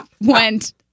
went